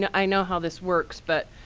know i know how this works, but